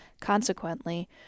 Consequently